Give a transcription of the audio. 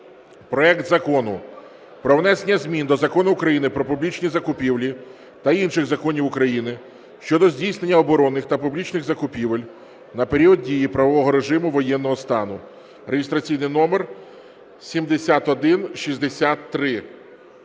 проект Закону про внесення змін до Закону України "Про публічні закупівлі" та інших законів України щодо здійснення оборонних та публічних закупівель на період дії правового режиму воєнного стану (реєстраційний номер 7163).